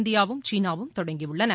இந்தியாவும் சீனாவும் தொடங்கியுள்ளன